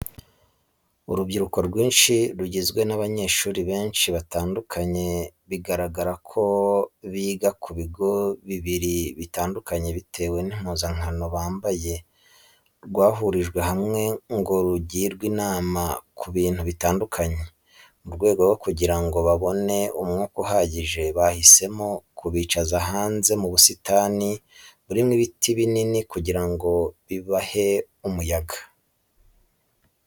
Urubyiruko rwinshi rugizwe n'abanyeshuri benshi batandukanye bigaragara ko biga ku bigo bibiri bitandukanye bitewe n'impuzankano bambaye rwahurijwe hamwe ngo rugirwe inama ku bintu bitandukanye. Mu rwego rwo kugira ngo babone umwuka uhagije, bahisemo kubicaza hanze mu busitani burimo ibiti binini kugira ngo bibahe umuyaga.